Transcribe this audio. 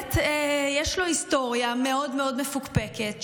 באמת יש לו היסטוריה מאוד מאוד מפוקפקת,